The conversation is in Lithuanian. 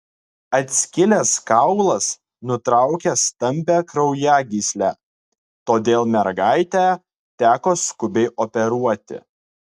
atskilęs kaulas nutraukė stambią kraujagyslę todėl mergaitę teko skubiai operuoti